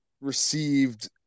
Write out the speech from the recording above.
received